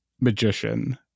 magician